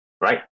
right